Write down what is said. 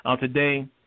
today